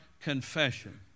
confession